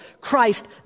Christ